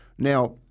Now